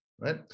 Right